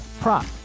prop